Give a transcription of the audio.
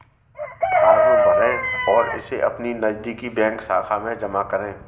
form भरें और इसे अपनी नजदीकी बैंक शाखा में जमा करें